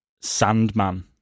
Sandman